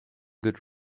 good